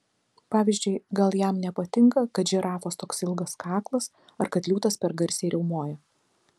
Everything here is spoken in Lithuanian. pavyzdžiui gal jam nepatinka kad žirafos toks ilgas kaklas ar kad liūtas per garsiai riaumoja